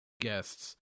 guests